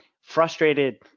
frustrated